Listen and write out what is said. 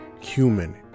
human